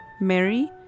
Mary